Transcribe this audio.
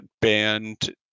banned